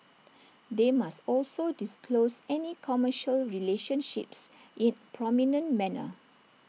they must also disclose any commercial relationships in prominent manner